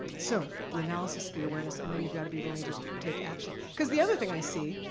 so, the analysis, the awareness and then you've got to be willing to take action. cause the other thing i see,